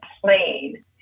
plane